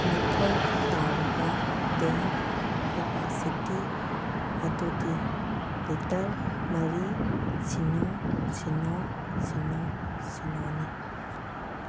ꯃꯊꯧ ꯇꯥꯔꯤꯕ ꯇꯦꯡ ꯀꯦꯄꯥꯁꯤꯇꯤ ꯑꯗꯨꯗꯤ ꯂꯤꯇꯔ ꯃꯔꯤ ꯁꯤꯅꯣ ꯁꯤꯅꯣ ꯁꯤꯅꯣ ꯁꯤꯅꯣꯅꯤ